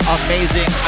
amazing